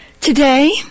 Today